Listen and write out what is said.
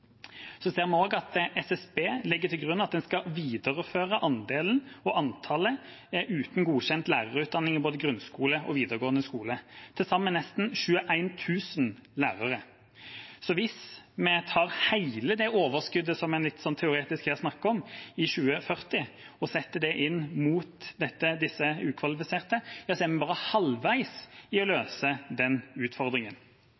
vi også at SSB legger til grunn at en skal videreføre andelen og antallet uten godkjent lærerutdanning i både grunnskole og videregående skole, til sammen nesten 21 000 lærere. Så hvis vi tar hele det overskuddet som en her litt teoretisk snakker om, i 2040, og setter det inn mot disse ukvalifiserte, er en bare halvveis i å